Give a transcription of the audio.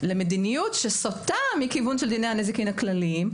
למדיניות שסוטה מכיוון של דיני הנזיקין הכלליים,